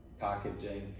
packaging